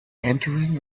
entering